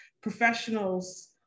professionals